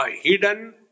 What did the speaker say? hidden